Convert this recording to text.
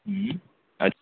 जी अ